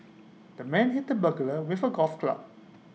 the man hit the burglar with A golf club